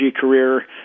career